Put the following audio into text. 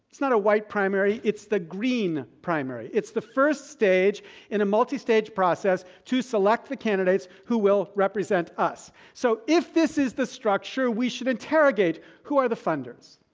it's not the white primary, it's the green primary. it's the first stage in a multistage process to select the candidates who will represent us. so, if this is the structure, we should interrogate who are the funders.